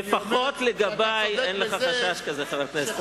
לפחות לגבי אין לך חשש כזה, חבר הכנסת אורון.